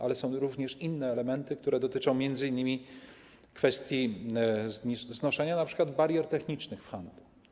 Ale są również inne elementy, które dotyczą m.in. kwestii znoszenia np. barier technicznych w handlu.